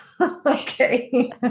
okay